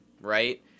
right